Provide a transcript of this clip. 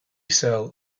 cell